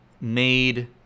made